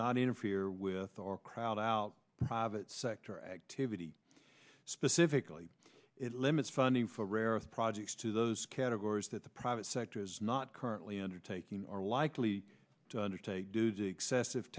not interfere with or crowd out private sector activity specifically it limits funding for rare earth projects to those categories that the private sector is not currently undertaking or likely to undertake doos excessive